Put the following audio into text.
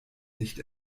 nicht